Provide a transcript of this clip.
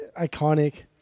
iconic